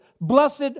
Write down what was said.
blessed